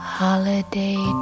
holiday